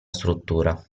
struttura